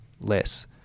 less